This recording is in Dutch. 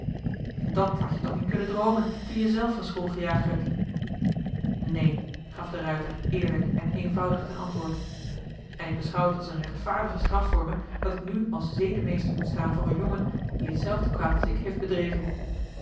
dàt had-je toch niet kunnen droomen toen je zelf van school gejaagd werd neen gaf de ruijter eerlijk en eenvoudig ten antwoord en ik beschouw het als een rechtvaardige straf voor me dat ik nu als zedenmeester moet staan voor een jongen die hetzelfde kwaad als ik heeft bedreven